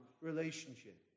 relationship